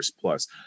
plus